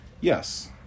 yes